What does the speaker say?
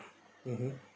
mmhmm